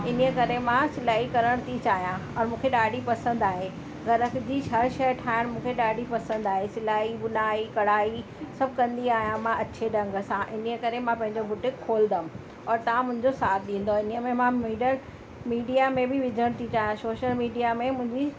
इन ई करे मां सिलाई करण थी चाहियां और मूंखे ॾाढी पसंदि आहे घर जी हर शइ ठाहिणु मूंखे ॾाढी पसंदि आहे सिलाई बुनाई कढ़ाई सभु कंदी आहियां मां अच्छे ढंग सां इन ई करे मां पंहिंजो बुटीक खोलंदमि और तव्हां मुंहिंजो साथ ॾींदो इन ई में मां मीडर मीडिया में बि विझणु थी चाहियां सोशल मीडिया में बि